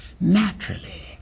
naturally